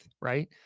right